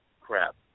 crap